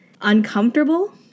uncomfortable